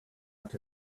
out